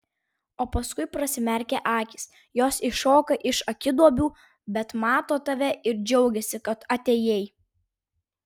o paskui prasimerkia akys jos iššoka iš akiduobių bet mato tave ir džiaugiasi kad atėjai